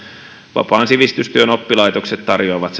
vapaan sivistystyön oppilaitokset tarjoavat